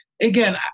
Again